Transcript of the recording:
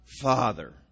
Father